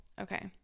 Okay